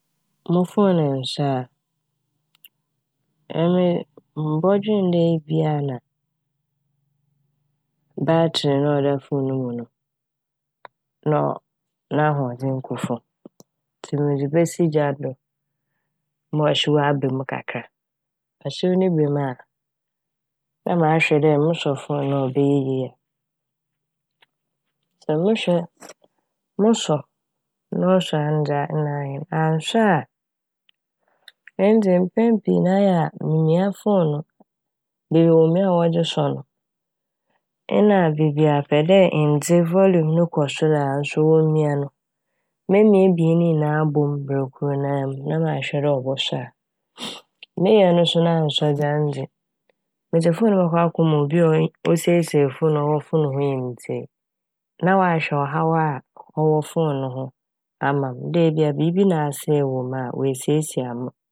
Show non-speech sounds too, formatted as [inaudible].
Mo fone nnsɔ a emi mobɔdwen dɛ ebi a na batsere na ɔda fone no mu no na ɔ- n'ahoɔdzen kɔ famu ntsi medze besi gya do ma ɔhyew aba mu kakra ɔhyew ne ba m' a na mahwɛ dɛ mosɔ fone a ɔbɛyɛ yie a. Sɛ mohwɛ, mosɔ na ɔsɔ ano dze a naa nye n' annsɔ a ɛne dze mpɛn pii no ayɛ a mimia fone no beebi a womia a wɔdze sɔ no nna beebi a epɛ dɛ ndze "volume" no kɔ sor a womia no. Memia ebien ne nyinaa abɔ m' ber kor no a mu na mahwɛ dɛ ɔbɔsɔ a [hesitation] Meyɛ ɔno so na annsɔ a ɔno dze, medze fone no bɔkɔ akɛma obi a osiesie fone a ɔwɔ fone no ho nyimdzee na ɔahwɛ ɔhaw a ɔwɔ fone no ho ama m' dɛ biibi na asɛe wɔ mu a oesiesie ama m'.